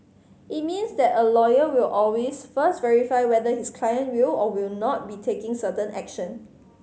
it means that a lawyer will always first verify whether his client will or will not be taking certain action